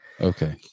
Okay